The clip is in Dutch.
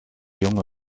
jonge